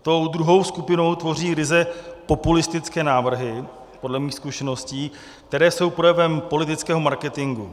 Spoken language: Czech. Tu druhou skupinu tvoří ryze populistické návrhy podle mých zkušeností, které jsou projevem politického marketingu.